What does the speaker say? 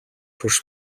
хөрш